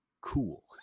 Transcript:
cool